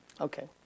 Okay